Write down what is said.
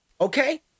okay